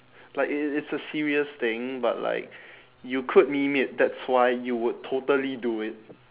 like it it it's a serious thing but like you could meme it that's why you would totally do it